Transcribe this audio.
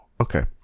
Okay